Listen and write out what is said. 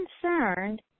concerned